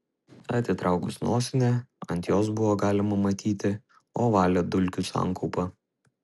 atitraukus nosinę ant jos buvo galima matyti ovalią dulkių sankaupą